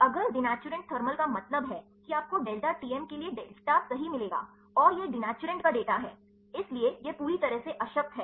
अगर denaturant thermal का मतलब है कि आपको डेल्टा टीएम के लिए डेटा सही मिलेगा और यह डिटैचुरेंट का डेटा है इसलिए यह पूरी तरह से अशक्त है